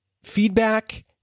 feedback